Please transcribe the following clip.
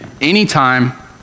anytime